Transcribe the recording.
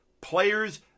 players